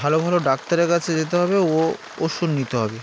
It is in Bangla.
ভালো ভালো ডাক্তারের কাছে যেতে হবে ও ওষুধ নিতে হবে